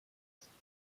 schweiz